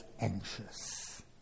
anxious